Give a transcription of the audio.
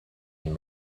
and